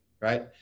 Right